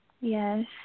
Yes